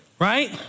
Right